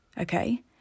okay